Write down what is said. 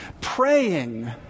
praying